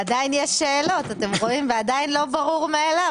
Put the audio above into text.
אבל יש משפחות שלא במנטליות לשכן את האבא לבית